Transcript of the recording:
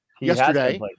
yesterday